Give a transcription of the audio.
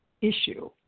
issue